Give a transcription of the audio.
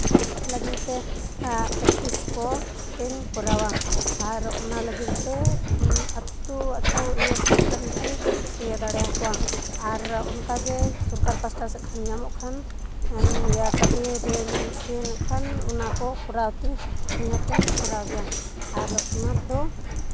ᱞᱟᱹᱜᱤᱫ ᱛᱮ ᱯᱮᱠᱴᱤᱥ ᱠᱚ ᱛᱤᱧ ᱠᱚᱨᱟᱣᱟ ᱟᱨ ᱚᱱᱟ ᱞᱟᱹᱜᱤᱫ ᱛᱮ ᱟᱛᱳ ᱟᱛᱳ ᱭᱟᱹ ᱠᱟᱛᱮ ᱜᱮ ᱤᱭᱟᱹ ᱫᱟᱲᱮᱭᱟᱠᱚᱣᱟ ᱟᱨ ᱚᱱᱠᱟᱜᱮ ᱥᱚᱨᱠᱟᱨ ᱯᱟᱥᱴᱟ ᱥᱮᱫ ᱠᱷᱚᱱ ᱧᱟᱢᱚᱜ ᱠᱷᱟᱱ ᱚᱱᱟ ᱠᱚ ᱠᱚᱨᱟᱣ ᱠᱟᱛᱤᱧ ᱱᱤᱦᱟᱹᱛ ᱤᱧ ᱠᱚᱨᱟᱣ ᱜᱮᱭᱟ ᱟᱨ ᱚᱱᱟ ᱫᱚ